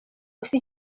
gusa